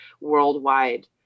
worldwide